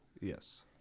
Yes